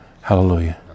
Hallelujah